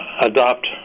adopt